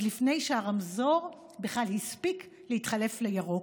לפני שהרמזור בכלל הספיק להתחלף לירוק?